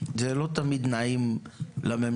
זה לא תמיד נעים לממשלה,